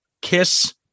Kiss